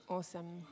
Awesome